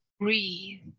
breathe